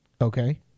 Okay